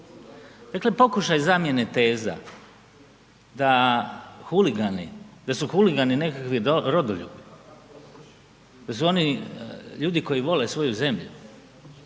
Dakle pokušaj zamjene teza da huligani, da su huligani nekakvi rodoljubi, da su oni ljudi koji vole svoju zemlju,